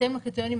בהתאם לקריטריונים,